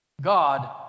God